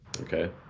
Okay